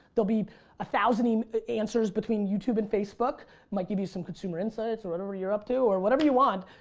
there'll be a thousand um answers between youtube and facebook might give you some consumer insights or whatever you're up to or whatever you want.